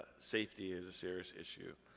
safety is a serious issue.